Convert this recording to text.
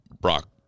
Brock